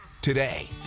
today